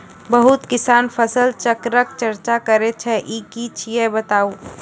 बहुत किसान फसल चक्रक चर्चा करै छै ई की छियै बताऊ?